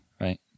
right